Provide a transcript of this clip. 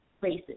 places